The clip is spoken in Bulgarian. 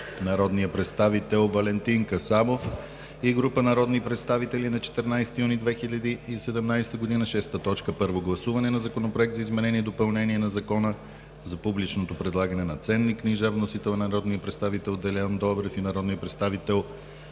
народният представител Валентин Касабов и група народни представители на 14 юни 2017 г. 6. Първо гласуване на Законопроекта за изменение и допълнение на Закона за публичното предлагане на ценни книжа. Вносители са народният представител Делян Добрев и народният представител